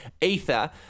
ether